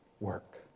work